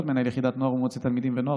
(מנהל יחידת נוער ומועצת תלמידים ונוער,